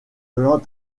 dans